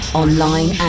online